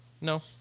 No